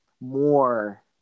more